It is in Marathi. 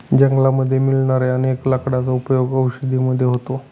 जंगलामध्ये मिळणाऱ्या अनेक लाकडांचा उपयोग औषधी मध्ये होतो